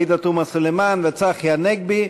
עאידה תומא סלימאן וצחי הנגבי,